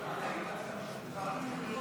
בעד,